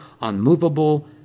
unmovable